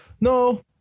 No